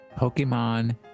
Pokemon